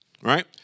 Right